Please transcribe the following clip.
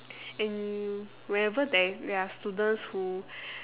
and whenever there is there are students who